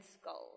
Skull